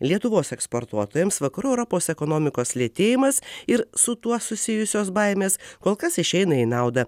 lietuvos eksportuotojams vakarų europos ekonomikos lėtėjimas ir su tuo susijusios baimės kol kas išeina į naudą